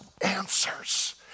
answers